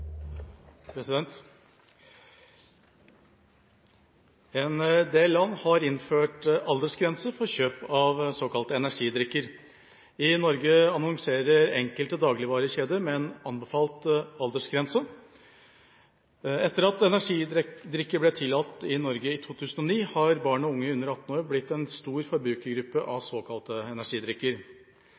del land har innført aldersgrense for kjøp av energidrikker. I Norge annonserer enkelte dagligvarekjeder med en anbefalt aldersgrense. Etter at energidrikker ble tillatt i Norge i 2009, har barn og unge under 18 år blitt en stor forbrukergruppe av såkalte energidrikker,